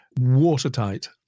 watertight